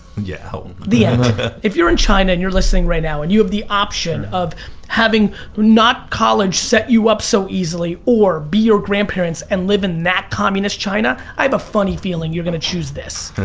yeah. and but if you're in china and you're listening right now, and you have the option of having not college set you up so easily, or be your grandparents and live in that communist china, i have a funny feeling you're going to choose this.